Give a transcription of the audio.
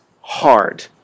hard